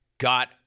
Got